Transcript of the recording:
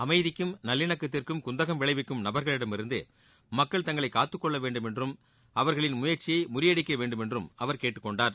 அமைதிக்கும் நல்லிணக்கத்துக்கும் குந்தகம் விளைவிக்கும் நபர்களிடம் இருந்து மமக்கள் தங்களை காத்துக்கொள்ளவேண்டும் என்றும் அவர்களின் முயற்சியை முறியடிக்கவேண்டும் என்றும் அவர் கேட்டுக்கொண்டார்